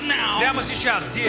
now